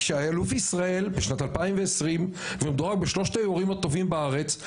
כאלוף ישראל לשנת 2020 ומדורג בשלושת היורים הטובים בארץ,